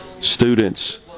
students